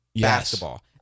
basketball